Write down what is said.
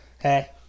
hey